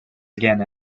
again